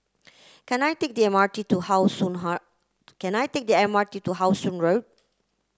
can I take the M R T to How Sun can I take the M R T to How Sun Road